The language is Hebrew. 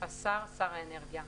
"השר" שר האנרגיה,